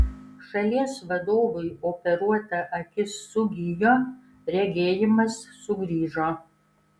šalies vadovui operuota akis sugijo regėjimas sugrįžo